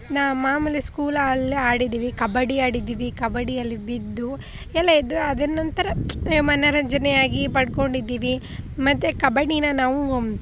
ನಾನು ಮಾಮೂಲಿ ಸ್ಕೂಲಲ್ಲಿ ಆಡಿದ್ದೀವಿ ಕಬಡ್ಡಿ ಆಡಿದ್ದೀವಿ ಕಬಡ್ಡಿಯಲ್ಲಿ ಬಿದ್ದು ಎಲ್ಲ ಎದ್ದು ಅದನ್ನ ಒಂಥರ ಮನೋರಂಜನೆಯಾಗಿ ಪಡ್ಕೊಂಡಿದ್ದೀವಿ ಮತ್ತೆ ಕಬಡ್ಡಿನ ನಾವು